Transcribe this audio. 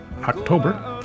October